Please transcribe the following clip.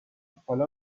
حالا